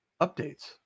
updates